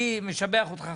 אני משבח אותך,